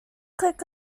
click